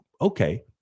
okay